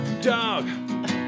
dog